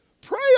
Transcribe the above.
Pray